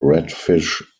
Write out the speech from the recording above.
redfish